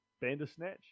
Bandersnatch